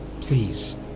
Please